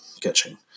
catching